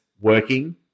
working